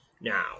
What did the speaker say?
Now